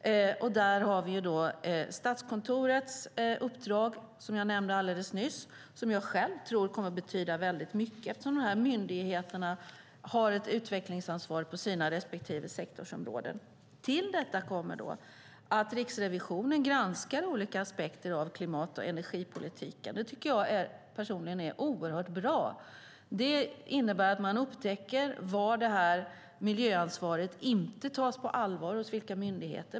Där har vi Statskontorets uppdrag, som jag nämnde alldeles nyss, som jag själv tror kommer att betyda väldigt mycket, eftersom de här myndigheterna har ett utvecklingsansvar på sina respektive sektorsområden Till detta kommer att Riksrevisionen granskar olika aspekter av klimat och energipolitiken. Det tycker jag personligen är oerhört bra. Det innebär att man upptäcker var det här miljöansvaret inte tas på allvar, hos vilka myndigheter.